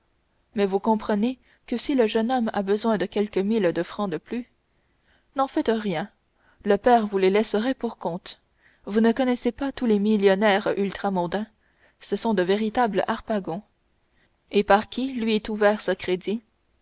mais vous comprenez que si le jeune homme a besoin de quelques mille de francs de plus n'en faites rien le père vous les laisserait pour votre compte vous ne connaissez pas tous les millionnaires ultramontains ce sont de véritables harpagons et par qui lui est ouvert ce crédit